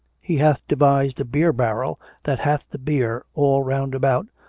he hath devised a beer barrel that hath the beer all roundabout,